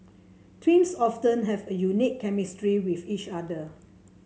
twins often have a unique chemistry with each other